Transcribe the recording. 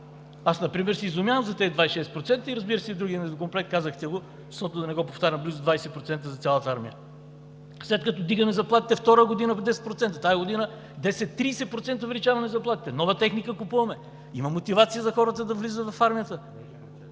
Аз например се изумявам за тези 26%, разбира се, и другият недокомплект – казахте го, да не го повтарям – близо 20% за цялата армия, след като вдигаме заплатите втора година с 10%, тази година с 10% – 30% увеличение на заплатите. Нова техника купуваме, има мотивация за хората да влизат в армията.